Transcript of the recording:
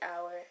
hour